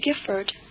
Gifford